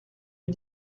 lui